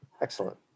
excellent